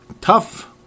tough